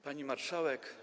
Pani Marszałek!